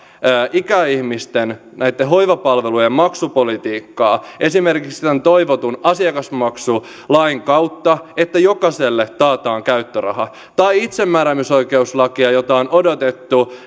ikäihmisten hoivapalvelujen maksupolitiikkaa esimerkiksi tämän toivotun asiakasmaksulain kautta että jokaiselle taataan käyttöraha tai ikäihmisten perusoikeuksia itsemääräämisoikeuslain kautta jota on odotettu